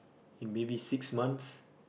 in maybe six months